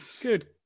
Good